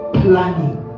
planning